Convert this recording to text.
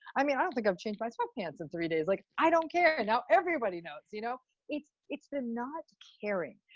i mean, i don't think i've changed my sweat pants in three days. like i don't care. and now everybody knows. it's you know it's the not caring.